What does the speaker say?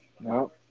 no